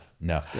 No